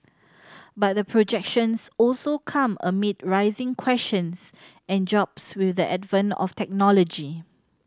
but the projections also come amid rising questions and jobs with the advent of technology